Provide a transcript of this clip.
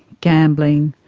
gambling,